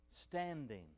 standing